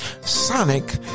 Sonic